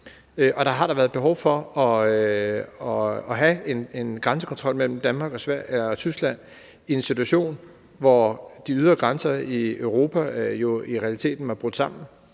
Og der har da været behov for at have en grænsekontrol mellem Danmark og Tyskland i en situation, hvor de ydre grænser i Europa jo i realiteten var brudt sammen